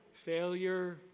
failure